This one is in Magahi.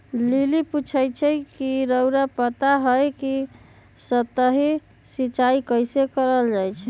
लिली पुछलई ह कि रउरा पता हई कि सतही सिंचाई कइसे कैल जाई छई